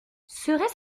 serait